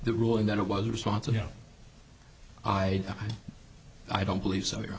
the ruling that it was responsible i i don't believe so